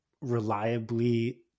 reliably